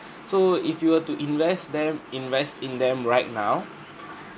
so if you were to invest them invest in them right now